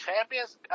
Champions